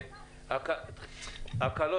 הקלו,